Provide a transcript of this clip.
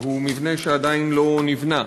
שהוא מבנה שעדיין לא נבנה,